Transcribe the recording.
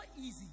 easy